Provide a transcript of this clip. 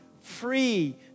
free